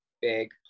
big